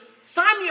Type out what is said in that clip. Samuel